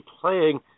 playing